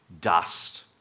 Dust